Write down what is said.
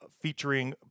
featuring